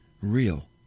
real